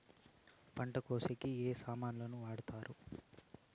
పంట కోసేకి ఏమి సామాన్లు వాడుతారు?